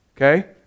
Okay